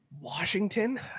Washington